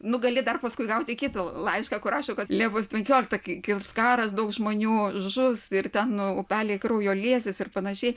nu gali dar paskui gauti kitą laišką kur rašo kad liepos penkioliktą kai gims karas daug žmonių žus ir ten nu upeliai kraujo liesis ir panašiai